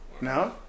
No